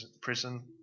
prison